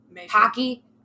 hockey